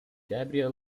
gabriel